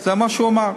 זה מה שהוא אמר,